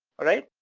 alright?